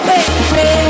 Baby